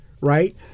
right